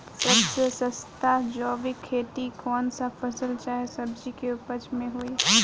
सबसे सस्ता जैविक खेती कौन सा फसल चाहे सब्जी के उपज मे होई?